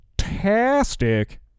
fantastic